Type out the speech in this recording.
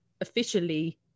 officially